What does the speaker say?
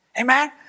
Amen